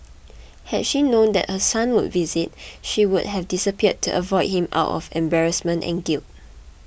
had she known that her son would visit she would have disappeared to avoid him out of embarrassment and guilt